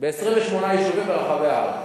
איפה יש?